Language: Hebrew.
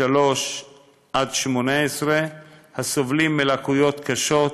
3 18 עם לקויות קשות,